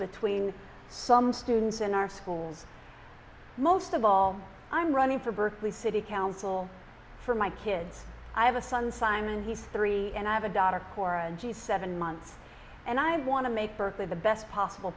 between some students in our schools most of all i'm running for berkeley city council for my kids i have a son simon he's three and i have a daughter core and she's seven months and i want to make berkeley the best possible